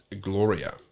Gloria